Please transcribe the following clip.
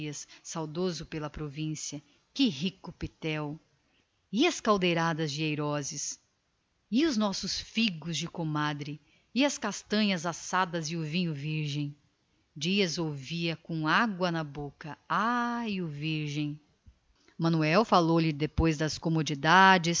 saudoso pela terra que rico pitéu e os nossos figos de comadre e as nossas castanhas assadas e o vinho verde dias escutava com água na boca ai a terra o patrão falou-lhe também das comodidades